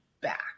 back